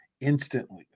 instantly